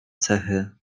cechy